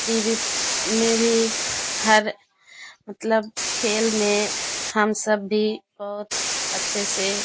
TV में भी हर मतलब खेल में हम सब भी बहुत अच्छे से